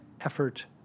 effort